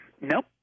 nope